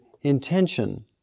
intention